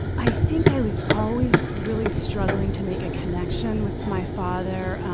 i think i was always really struggling to make a connection with my father,